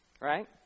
Right